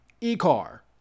e-car